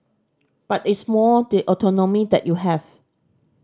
but it's more the autonomy that you have